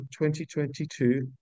2022